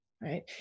right